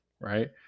right